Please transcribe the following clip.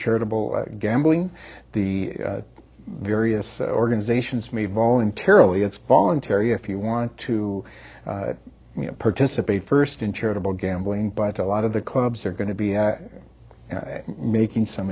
charitable gambling the various organizations me voluntarily it's voluntary if you want to participate first in charitable gambling but a lot of the clubs are going to be making some